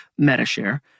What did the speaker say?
MetaShare